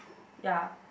ya